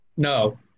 No